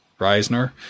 reisner